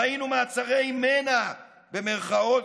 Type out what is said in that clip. ראינו "מעצרי מנע", במירכאות,